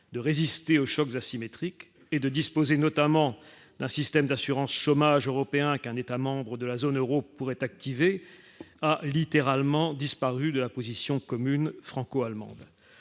de résister aux chocs asymétriques et de disposer notamment d'un système d'assurance chômage européen qu'un État membre de la zone Euro pourrait activer a littéralement disparu de la position commune franco-allemande,